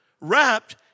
wrapped